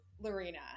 Lorena